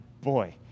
boy